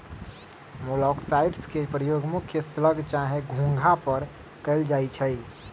मोलॉक्साइड्स के प्रयोग मुख्य स्लग चाहे घोंघा पर कएल जाइ छइ